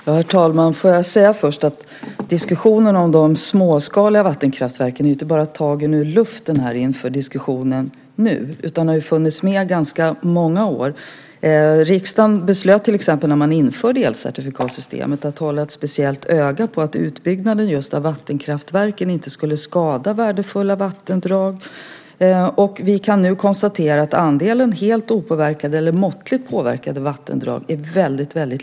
Herr talman! Diskussionen om de småskaliga vattenkraftverken är inte bara tagen ur luften nu utan den har funnits med i många år. Riksdagen beslöt när elcertifikatsystemet infördes att hålla ett speciellt öga på att utbyggnaden av just vattenkraftverken inte skulle skada värdefulla vattendrag. Vi kan nu konstatera att andelen helt opåverkade eller måttligt påverkade vattendrag är liten.